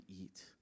eat